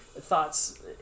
Thoughts